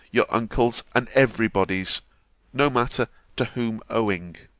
your uncles', and every body's no matter to whom owing.